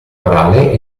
orale